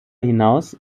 hinaus